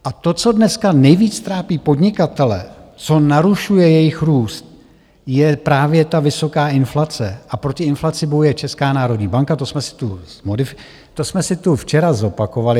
A to, co dneska nejvíc trápí podnikatele, co narušuje jejich růst, je právě ta vysoká inflace, a proti inflaci bojuje Česká národní banka, to jsme si tu včera zopakovali.